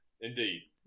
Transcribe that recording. Indeed